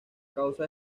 causa